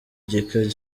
gika